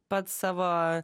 pats savo